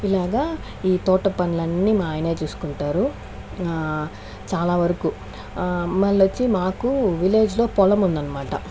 ఇలాగా ఈ తోట పనులన్నీ మా ఆయనే చూసుకుంటారు చాలా వారుకు మళ్ళొచ్చి మాకు విలేజ్ లో పొలముందనమాట